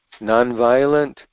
nonviolent